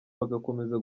bagakomeza